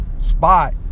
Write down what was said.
Spot